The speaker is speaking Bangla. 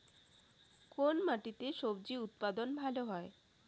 কোন মাটিতে স্বজি উৎপাদন ভালো হয়?